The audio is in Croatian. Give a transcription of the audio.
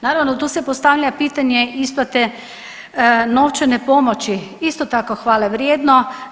Naravno tu se postavlja pitanje isplate novčane pomoći isto tako hvale vrijedno.